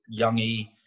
Youngie